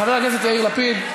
חבר הכנסת יאיר לפיד,